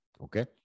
Okay